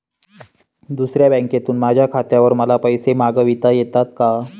दुसऱ्या बँकेतून माझ्या खात्यावर मला पैसे मागविता येतात का?